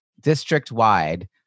district-wide